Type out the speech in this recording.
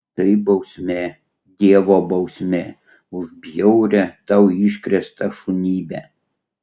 tai bausmė dievo bausmė už bjaurią tau iškrėstą šunybę